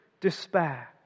despair